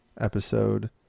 episode